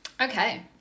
Okay